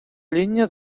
llenya